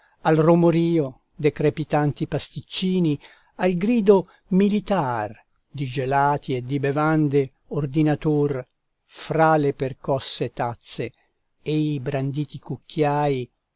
al romorio de crepitanti pasticcini al grido militar di gelati e di bevande ordinator fra le percosse tazze e i branditi cucchiai